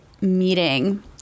meeting